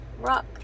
Rock